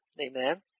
Amen